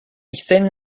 thin